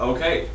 Okay